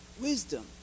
wisdom